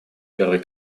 первый